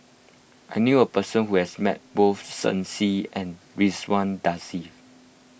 I knew a person who has met both Shen Xi and Ridzwan Dzafir